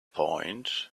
point